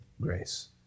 grace